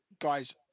guys